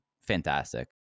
fantastic